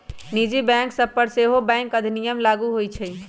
निजी बैंक सभ पर सेहो बैंक अधिनियम लागू होइ छइ